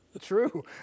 true